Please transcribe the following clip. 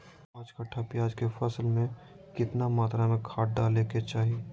पांच कट्ठा प्याज के फसल में कितना मात्रा में खाद डाले के चाही?